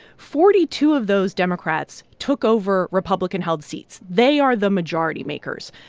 forty-two of those democrats took over republican-held seats. they are the majority makers.